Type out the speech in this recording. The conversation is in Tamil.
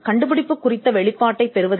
கண்டுபிடிப்பின் வெளிப்பாட்டைப் பெற ஐ